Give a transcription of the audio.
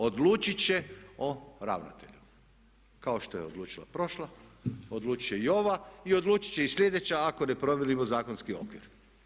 Odlučit će o ravnatelju, kao što je odlučila prošla, odlučit će i ova i odlučit će i sljedeća ako ne promijenimo zakonski okvir.